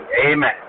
amen